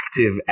active